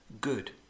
good